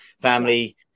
family